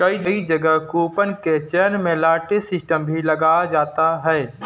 कई जगह कूपन के चयन में लॉटरी सिस्टम भी लगाया जाता है